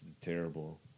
terrible